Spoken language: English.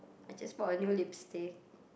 I just bought a new lipstick